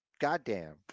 goddamn